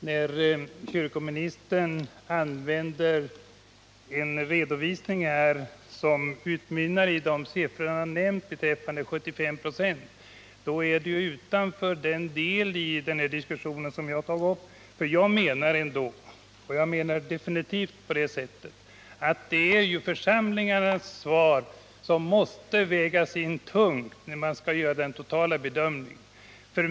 Herr talman! Kommunministern använde en redovisning som utmynnade i att 75 26 av de kyrkliga remissinstanserna ställer sig positiva till det framlagda enhälliga förslaget. Det ligger dock utanför den del av diskussionen som jag här har tagit upp. Jag menar att det ändå är församlingarnas svar som måste vägas in och att de måste få väga tungt när man skall göra den totala bedömningen.